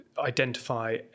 identify